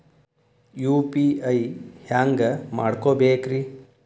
UPI ಹ್ಯಾಂಗ ಮಾಡ್ಕೊಬೇಕ್ರಿ?